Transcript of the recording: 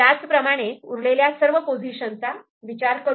याच प्रमाणे उरलेल्या सर्व पोझिशन चा विचार करू